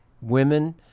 Women